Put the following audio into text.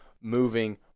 moving